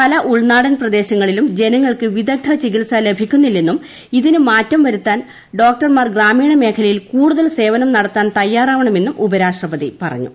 പല ഉൾനാടൻ പ്രദേശങ്ങളിലും ജനങ്ങൾക്ക് വിദഗ്ധ ചികിത്സ ലഭിക്കുന്നില്ലെന്നും ഇതിനുമാറ്റം വരുത്താൻ ഡോക്ടർമാർ ഗ്രാമീണമേഖലിയിൽ കൂടുതൽ സേവനം നടത്താൻ തയ്യാറാവണമെന്നും ഉപരാഷ്ട്രപതി പറഞ്ഞു